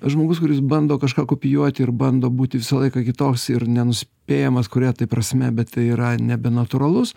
žmogus kuris bando kažką kopijuoti ir bando būti visą laiką kitoks ir nenuspėjamas kuria prasme bet tai yra nebenatūralus